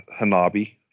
hanabi